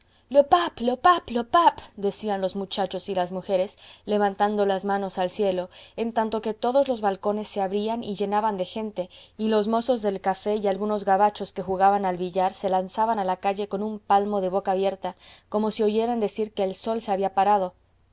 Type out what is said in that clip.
le pape le pape decían los muchachos y las mujeres levantando las manos al cielo en tanto que todos los balcones se abrían y llenaban de gente y los mozos del café y algunos gabachos que jugaban al billar se lanzaban a la calle con un palmo de boca abierta como si oyeran decir que el sol se había parado